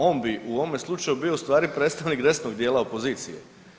On bi u ovome slučaju bio u stvari predstavnik desnog dijela opozicije.